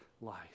life